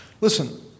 Listen